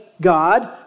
God